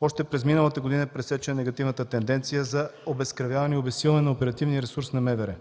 Още през миналата година е пресечена негативната тенденция за обезкръвяване и обезсилване на оперативния ресурс на МВР.